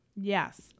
Yes